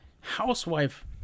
housewife